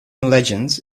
legends